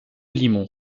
limon